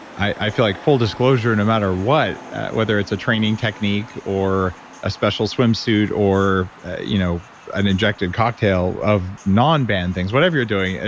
i feel like full disclosure no matter what whether it's a training technique or a special swimsuit or you know an injected cocktail of non-banned things whatever you're doing, ah